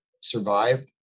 survive